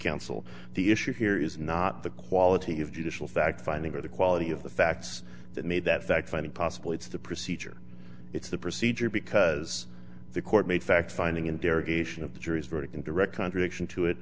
counsel the issue here is not the quality of judicial fact finding or the quality of the facts that made that fact finding possible it's the procedure it's the procedure because the court made fact finding interrogation of the jury's verdict in direct contradiction to it